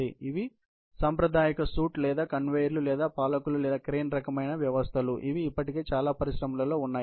ఇవి సాంప్రదాయిక షూట్ లేదా కన్వేయర్లు లేదా పాలకులు లేదా క్రేన్ రకమైన వ్యవస్థలు ఇవి ఇప్పటికే చాలా పరిశ్రమలలో ఉన్నాయి